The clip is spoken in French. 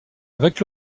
avec